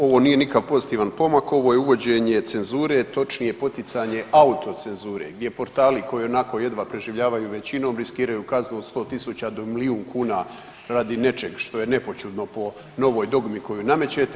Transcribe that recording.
Ovo nije nikakav pozitivan pomak, ovo je uvođenje cenzure, točnije poticanje autocenzure gdje portali koji ionako jedva preživljavaju, većinom riskiraju kaznu od 100 tisuća do milijun kuna radi nečeg što je nepoćudno po novoj dogmi koju namećete.